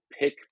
pick